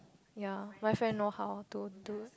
ya my friend know how to do